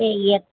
येयेत